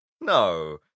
No